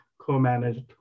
co-managed